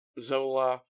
Zola